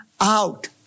out